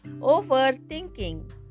overthinking